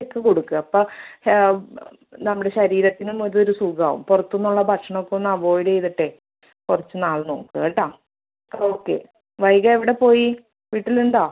യക്കെ കൊടുക്കുക അപ്പം നമ്മുടെ ശരീരത്തിനും അതൊരു സുഖാവും പുറത്തൂന്നൊള്ള ഭക്ഷണോക്കൊന്നവോയിടെയ്തിട്ടേ കുറച്ച് നാൾ നോക്ക് കേട്ടോ ഓക്കെ വൈഗ എവിടെപ്പോയി വീട്ടിലുണ്ടോ